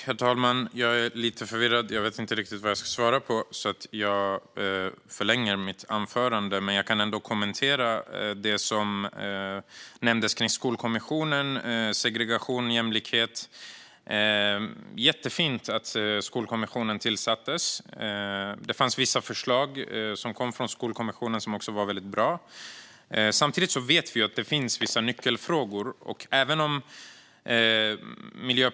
Herr talman! Jag är lite förvirrad; jag vet inte riktigt vad jag ska svara på, så jag förlänger mitt anförande. Men jag kan kommentera det som nämndes om Skolkommissionen och om segregation och jämlikhet. Det var jättefint att Skolkommissionen tillsattes. Vissa förslag som kom från Skolkommissionen var väldigt bra. Samtidigt vet vi att det finns vissa nyckelfrågor.